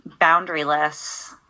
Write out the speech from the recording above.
boundaryless